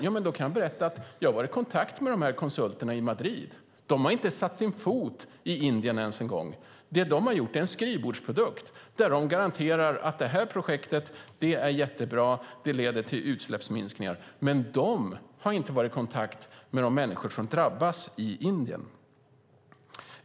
Jag har varit i kontakt med de här konsulterna i Madrid. De har inte satt sin fot i Indien. Det de har gjort är en skrivbordsprodukt, och de garanterar att det här är ett jättebra projekt som leder till utsläppsminskningar, men de har inte varit i kontakt med de människor som drabbas i Indien.